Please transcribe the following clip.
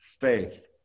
faith